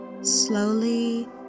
slowly